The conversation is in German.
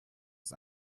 ist